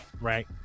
right